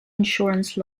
insurance